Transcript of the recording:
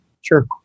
Sure